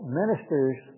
ministers